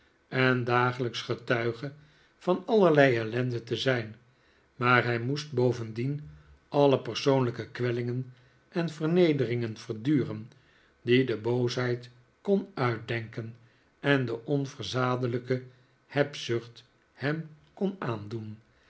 en dagelijks getuige van allerlei ellende te zijn maar hij moest bovendien alle persoonlijke kwellingen en vernederingen verduren die de boosheid kon uitdenken en de onverzadelijke hebzucht hem kon aandoen